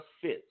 fits